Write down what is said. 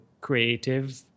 creative